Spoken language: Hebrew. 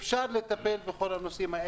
אפשר לטפל בכל הנושאים האלה,